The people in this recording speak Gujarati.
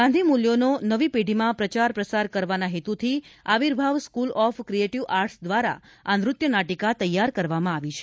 ગાંધી મૂલ્યોનો નવી પેઢીમાં પ્રચાર પ્રસાર કરવાના હેતુથી Avirbhav school of creative arts દ્વારા આ નૃત્ય નાટિકા તૈયાર કરવામાં આવી છે